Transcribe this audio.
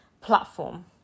platform